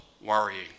worrying